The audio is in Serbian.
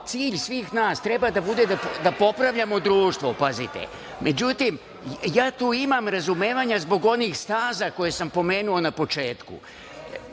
Cilj svih nas treba da popravljamo društvo pazite. Međutim, ja tu imam razumevanja zbog onih staza koje sam pomenuo na početku. Ovoj